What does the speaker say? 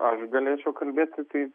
aš galėčiau kalbėti tai